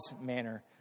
manner